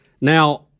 Now